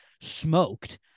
smoked